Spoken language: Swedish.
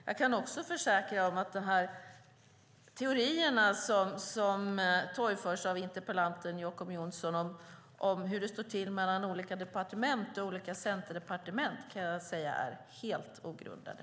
Jag kan också försäkra att de teorier som torgförs av interpellanten Jacob Johnson om hur det står till mellan centerdepartementen och övriga departement är helt ogrundade.